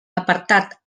apartat